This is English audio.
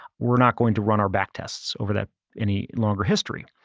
we're not going to run our back tests over that any longer history.